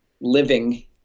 living